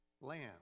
lamb